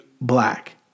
black